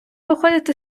виходити